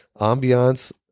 ambiance